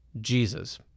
Jesus